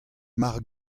mar